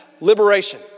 liberation